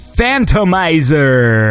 Phantomizer